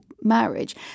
marriage